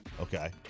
okay